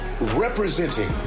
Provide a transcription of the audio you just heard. Representing